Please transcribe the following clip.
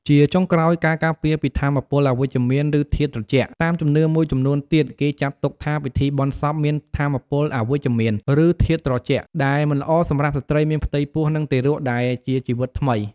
ជាចុងក្រោយ ការការពារពីថាមពលអវិជ្ជមាន ឬធាតុត្រជាក់ តាមជំនឿមួយចំនួនទៀត គេចាត់ទុកថាពិធីបុណ្យសពមានថាមពលអវិជ្ជមាន ឬធាតុត្រជាក់ ដែលមិនល្អសម្រាប់ស្ត្រីមានផ្ទៃពោះ និងទារកដែលជាជីវិតថ្មី។